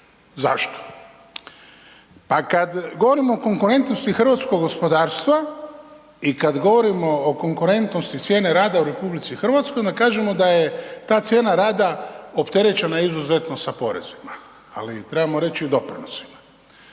Zašto? Pa kad govorimo o konkurentnosti hrvatskog gospodarstva i kad govorimo o konkurentnosti cijene rada u RH onda kažemo da je ta cijena rada opterećena izuzetno sa porezima, ali trebamo reći i doprinosima.